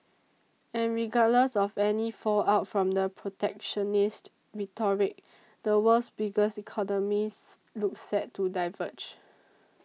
and regardless of any fallout from the protectionist rhetoric the world's biggest economies look set to diverge